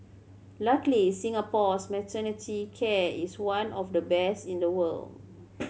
luckily Singapore's maternity care is one of the best in the world